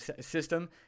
system